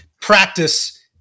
practice